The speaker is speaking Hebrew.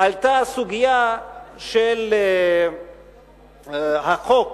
עלתה סוגיה של החוק